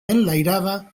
enlairada